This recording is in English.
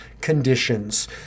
conditions